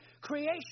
creation